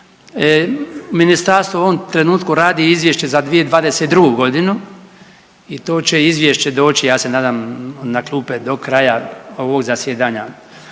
Ministarstvo u ovom trenutku radi izvješće za 2022. godinu i to će izvješće doći ja se nadam na klupe do kraja ovog zasjedanja.